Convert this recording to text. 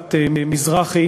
משפחת מזרחי